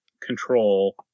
Control